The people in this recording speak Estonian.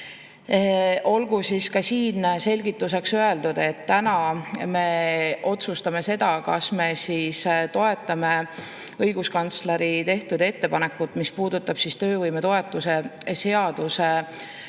Olgu siis siin selgituseks öeldud, et täna me otsustame seda, kas me toetame õiguskantsleri tehtud ettepanekut, mis puudutab töövõimetoetuse seaduse